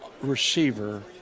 receiver